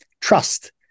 trust